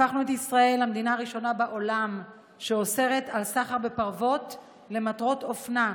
הפכנו את ישראל למדינה הראשונה בעולם שאוסרת סחר בפרוות למטרות אופנה.